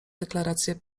deklarację